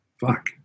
Fuck